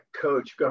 coach